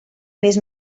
mes